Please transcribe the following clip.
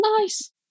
Nice